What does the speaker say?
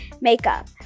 Makeup